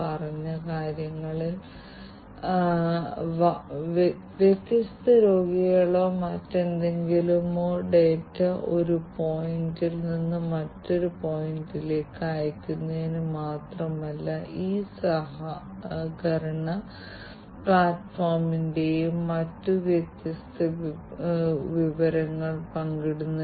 അതിനാൽ ആരോഗ്യ സംരക്ഷണ വ്യവസായം ഖനന വ്യവസായം നിർമ്മാണ വ്യവസായം ഗതാഗതം ലോജിസ്റ്റിക്സ് അഗ്നിശമന മലിനജലം സ്മാർട്ട് സിറ്റികൾ തുടങ്ങിയവയിലാണ് IIoT യുടെ വ്യത്യസ്ത പ്രയോഗങ്ങളെക്കുറിച്ച് തുടക്കത്തിൽ തന്നെ